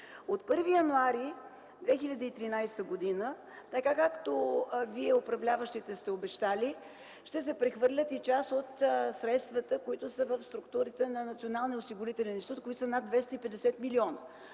От 1 януари 2013 г., както Вие управляващите сте обещали, ще се прехвърлят и част от средствата, които са в структурата на Националния